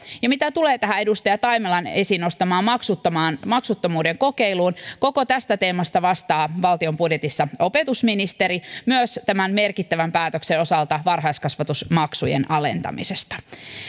ja mitä tulee tähän edustaja taimelan esiin nostamaan maksuttomuuden kokeiluun koko tästä teemasta vastaa valtion budjetissa opetusministeri myös tämän merkittävän päätöksen osalta varhaiskasvatusmaksujen alentamisesta